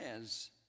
says